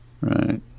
Right